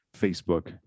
Facebook